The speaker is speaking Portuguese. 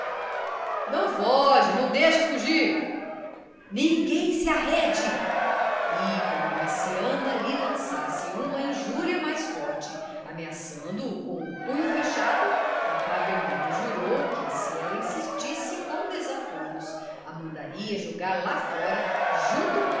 não foge não deixa fugir ninguém se arrede e como a marciana lhe lançasse uma injúria mais forte ameaçando o com o punho fechado o taverneiro jurou que se ela insistisse com desaforos a mandaria jogar lá fora junto com